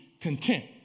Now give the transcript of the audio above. content